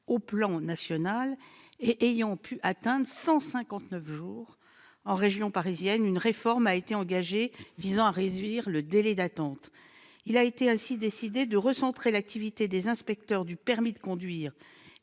au plan national et ayant pu atteindre 159 jours en région parisienne, une réforme a été engagée pour réduire les délais d'attente. Il a ainsi été décidé de recentrer l'activité des inspecteurs du permis de conduire et